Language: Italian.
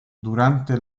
durante